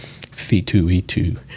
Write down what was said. C2E2